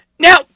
Now